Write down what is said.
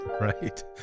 right